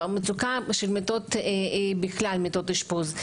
המצוקה של מיטות אשפוז בכלל.